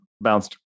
bounced